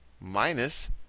Minus